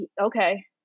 okay